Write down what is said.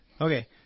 Okay